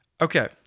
Okay